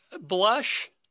Blush